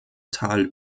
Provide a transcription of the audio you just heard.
tal